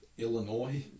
Illinois